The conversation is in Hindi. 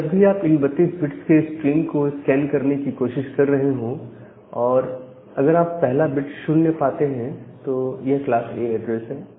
तो जब भी आप इन 32 बिट्स के स्ट्रीम को स्कैन करने की कोशिश कर रहे हो और आप अगर पहला बिट 0 पाते हैं तो ये क्लास A एड्रेस है